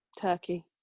Turkey